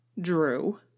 Drew